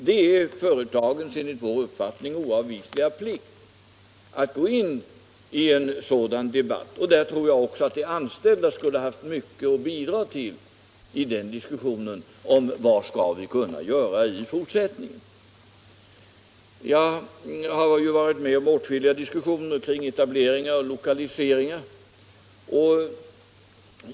Enligt vår mening är det företagets oavvisliga plikt att gå in i en sådan debatt. Jag tror också att de anställda skulle haft mycket att bidra med i den diskussionen. Jag har ju varit med om åtskilliga diskussioner kring etableringar och lokaliseringar.